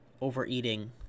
overeating